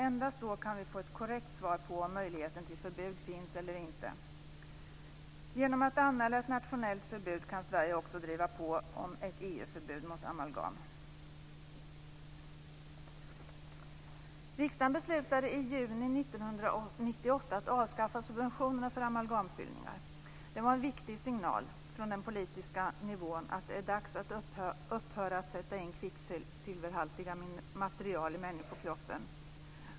Endast då kan vi få ett korrekt svar på om möjligheten till förbud finns eller inte. Genom att anmäla ett nationellt förbud kan Sverige också driva på om ett EU-förbud mot amalgam. Riksdagen beslutade i juni 1998 att avskaffa subventionerna föra amalgamfyllningar. Det var en viktig signal från den politiska nivån, att det är dags att upphöra att sätta in kvicksilverhaltiga material i människokroppen.